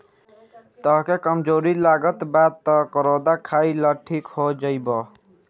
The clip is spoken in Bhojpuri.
तहके कमज़ोरी लागत बा तअ करौदा खाइ लअ ठीक हो जइब